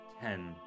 Ten